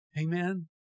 Amen